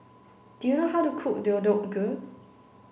do you know how to cook Deodeok Gui